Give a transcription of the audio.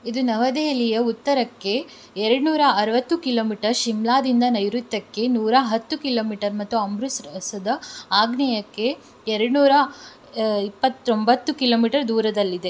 ಇದು ನವದೆಹಲಿಯ ಉತ್ತರಕ್ಕೆ ಎರಡು ನೂರಾ ಅರವತ್ತು ಕಿಲೋಮೀಟರ್ ಶಿಮ್ಲಾದಿಂದ ನೈಋತ್ಯಕ್ಕೆ ನೂರಾ ಹತ್ತು ಕಿಲೋಮೀಟರ್ ಮತ್ತು ಅಮೃತ್ಸರ್ ಸದ ಆಗ್ನೇಯಕ್ಕೆ ಎರಡು ನೂರಾ ಇಪ್ಪತೊಂಬತ್ತು ಕಿಲೋಮೀಟರ್ ದೂರದಲ್ಲಿದೆ